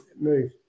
move